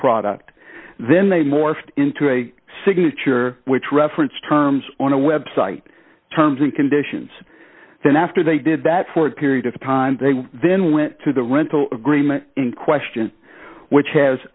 product then they morphed into a signature which reference terms on a website terms and conditions then after they did that for a period of time they then went to the rental agreement in question which has